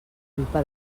culpa